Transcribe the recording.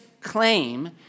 claim